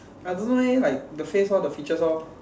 I don't know leh like the face lor the features lor